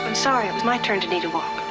i'm sorry. it was my turn to need a walk.